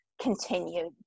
continued